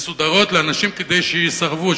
מסודרות לאנשים כדי שיסרבו,